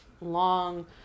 long